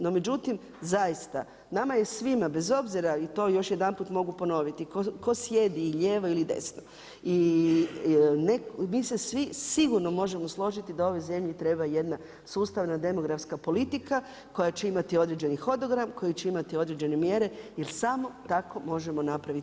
No međutim zaista nama je svima bez obzira i to još jedanput mogu ponoviti ko sjedi lijevo ili desno, mi se svi sigurno možemo složiti da ovoj zemlji treba jedna sustavna demografska politika koja će imati određeni hodogram, koja će imati određene mjere jel samo tako možemo napraviti